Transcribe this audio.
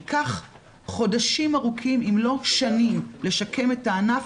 ייקח חודשים ארוכים אם לא שנים לשקם את הענף,